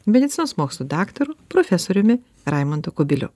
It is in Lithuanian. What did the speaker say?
medicinos mokslų daktaru profesoriumi raimundu kubiliu